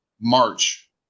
March